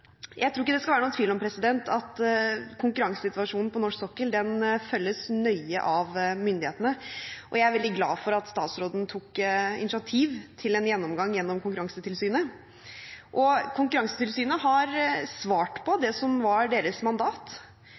Jeg tror ikke det skal være noen tvil om at konkurransesituasjonen på norsk sokkel følges nøye av myndighetene, og jeg er veldig glad for at statsråden tok initiativ til en gjennomgang gjennom Konkurransetilsynet. Konkurransetilsynet har svart på det som var deres mandat,